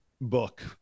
book